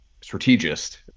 strategist